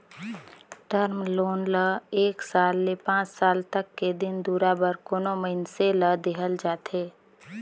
term loan ल एक साल ले पांच साल तक के दिन दुरा बर कोनो मइनसे ल देहल जाथे